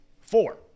four